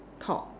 thought